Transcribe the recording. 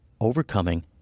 overcoming